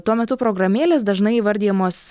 tuo metu programėlės dažnai įvardijamos